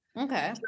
Okay